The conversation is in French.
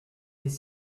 des